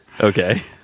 Okay